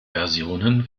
versionen